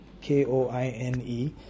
K-O-I-N-E